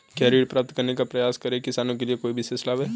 क्या ऋण प्राप्त करने का प्रयास कर रहे किसानों के लिए कोई विशेष लाभ हैं?